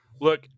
Look